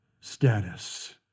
status